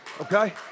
Okay